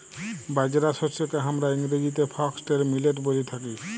বাজরা শস্যকে হামরা ইংরেজিতে ফক্সটেল মিলেট ব্যলে থাকি